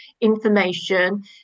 information